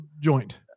joint